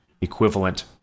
equivalent